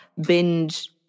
binge